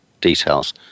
details